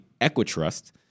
Equitrust